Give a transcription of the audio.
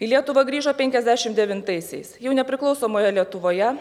į lietuvą grįžo penkiasdešim devintaisiais jau nepriklausomoje lietuvoje